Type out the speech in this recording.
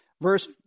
verse